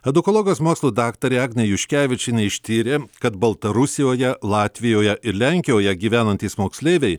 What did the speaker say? edukologijos mokslų daktarė agnė juškevičienė ištyrė kad baltarusijoje latvijoje ir lenkijoje gyvenantys moksleiviai